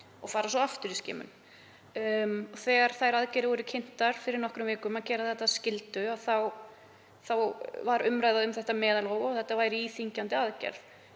og fara svo aftur í skimun. Þegar þær aðgerðir voru kynntar fyrir nokkrum vikum, að gera þetta að skyldu, varð umræða um meðalhóf og að þetta væri íþyngjandi aðgerð.